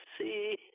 see